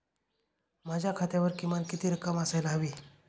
माझ्या खात्यावर किमान किती रक्कम असायला हवी?